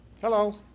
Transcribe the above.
Hello